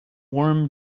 warm